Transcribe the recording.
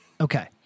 Okay